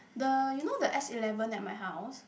the you know the S eleven at my house